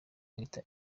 ahita